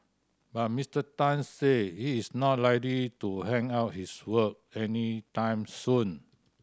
but Mister Tan said he is not likely to hang up his wok anytime soon